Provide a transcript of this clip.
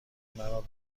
مرا